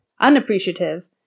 unappreciative